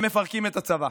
הם מפרקים את הצבא.